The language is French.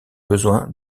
besoin